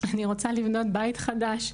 אני רוצה לבנות בית חדש,